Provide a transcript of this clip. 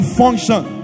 function